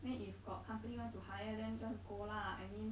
then if got company want to hire then just go lah I mean